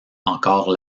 encore